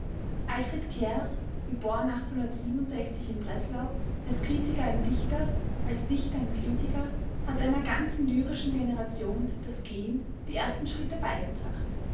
alfred in breslau als kritiker ein dichter als dichter ein kritiker hat einer ganzen lyrischen generation das gehen die ersten schritte beigebracht